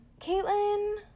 Caitlyn